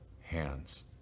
hands